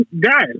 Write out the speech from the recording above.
guys